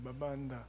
babanda